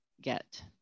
get